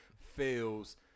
feels